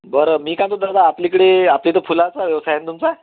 बरं मी का दो दादा आपल्याकडे आपल्या इथे फुलाचा व्यवसाय आहे ना तुमचा